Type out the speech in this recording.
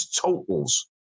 totals